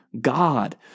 God